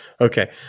okay